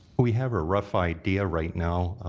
we have a rough idea right now.